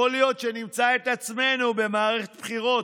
יכול להיות שנמצא את עצמנו במערכת בחירות.